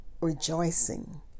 rejoicing